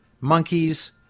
monkeys